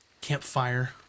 campfire